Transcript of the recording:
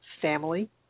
family